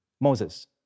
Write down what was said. Moses